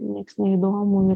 niekas neįdomu